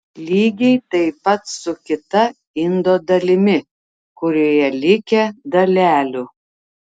lygiai taip pat su kita indo dalimi kurioje likę dalelių